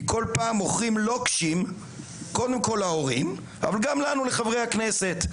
כי כל פעם מוכרים לוקשים להורים ולנו חברי הכנסת.